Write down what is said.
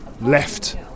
left